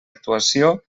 actuació